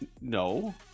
No